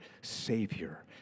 Savior